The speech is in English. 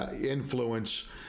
influence